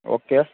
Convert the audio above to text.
okay